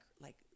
Like-